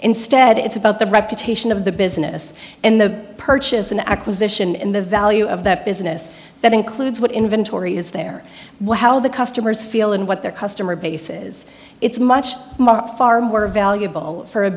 instead it's about the reputation of the business in the purchase and acquisition in the value of that business that includes what inventory is there what how the customers feel and what their customer base is it's much more valuable for a